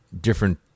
different